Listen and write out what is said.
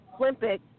Olympic